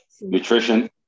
nutrition